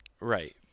Right